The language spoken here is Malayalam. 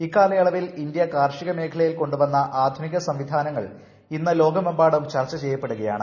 ഈ കാലയളവിൽ ഇന്ത്യ കാർഷിക മേഖലയിൽ കൊണ്ടു വന്ന ആധുനിക സംവിധാനങ്ങൾ ഇന്ന് ലോകമെമ്പാടും ചർച്ച ചെയ്യപ്പെടുകയാണ്